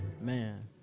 man